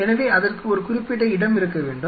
எனவே அதற்கு ஒரு குறிப்பிட்ட இடம் இருக்க வேண்டும்